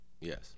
Yes